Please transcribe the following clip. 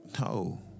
No